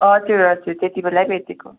हजुर हजुर त्यतिबेलै भेटेको